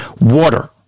water